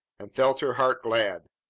and felt her heart glad.